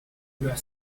couleur